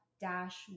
dash